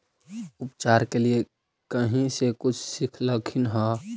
उपचार के लीये कहीं से कुछ सिखलखिन हा?